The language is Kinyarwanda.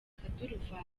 akaduruvayo